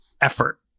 effort